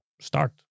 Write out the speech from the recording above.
start